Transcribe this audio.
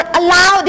allow